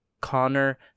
Connor